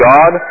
God